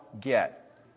get